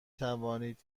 توانید